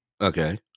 okay